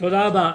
תודה רבה.